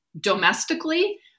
domestically